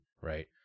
right